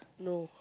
no